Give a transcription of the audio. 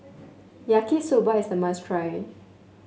Yaki Soba is a must try